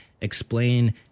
Explain